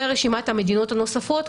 ורשימת המדינות הנוספות,